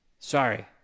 Sorry